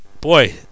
boy